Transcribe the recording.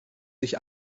sich